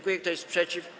Kto jest przeciw?